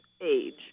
age